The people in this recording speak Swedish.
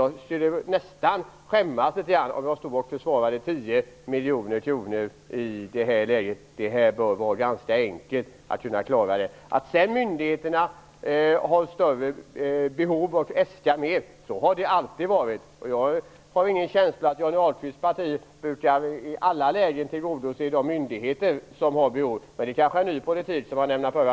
Jag skulle skämmas litet grand om jag i det här läget försvarade ett extra anslag på 10 miljoner kronor. Det bör vara ganska enkelt för AMS att klara det. Att myndigheterna ändå äskar medel är en annan sak. Så har det alltid varit. Jag har ingen känsla av att Johnny Ahlqvists parti i alla lägen tillgodoser önskemålen från sådana myndigheter, men det kanske är en ny politik som man nu ämnar föra.